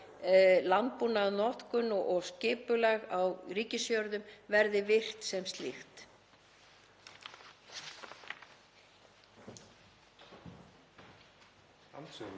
landbúnaðarnotkun og skipulag á ríkisjörðum verði virt sem slíkt.